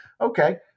okay